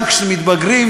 גם כשמתבגרים,